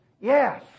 yes